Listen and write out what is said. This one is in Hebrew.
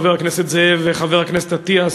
חבר הכנסת זאב וחבר הכנסת אטיאס,